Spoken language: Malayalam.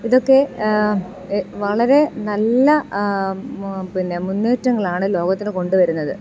ഇതൊക്കെ വളരെ നല്ല പിന്നെ മുന്നേറ്റങ്ങളാണ് ലോകത്തിന് കൊണ്ടുവരുന്നത്